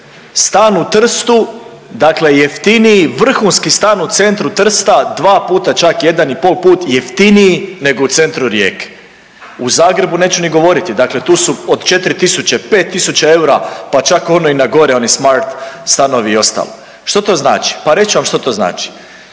Stan u Trstu dakle jeftiniji, vrhunski stan u centru Trsta 2 puta čak, 1,5 put jeftiniji nego u centru Rijeke. U Zagrebu neću ni govoriti, dakle tu su od 4 tisuće, 5 tisuća eura pa čak ono i na gore, oni smart stanovi i ostalo. Što to znači? Pa reći ću vam što to znači.